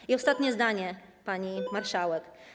I ostatnie zdanie, pani marszałek.